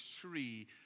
tree